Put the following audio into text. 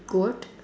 goat